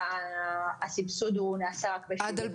שהסבסוד נעשה רק ב-70%.